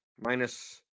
minus